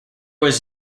was